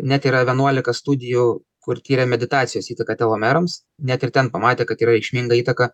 net yra vienuolika studijų kur tyrė meditacijos įtaką telomeroms net ir ten pamatė kad yra reikšminga įtaka